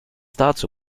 dazu